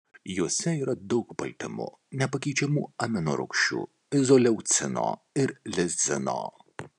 juose yra daug baltymų nepakeičiamų aminorūgščių izoleucino ir lizino